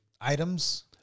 items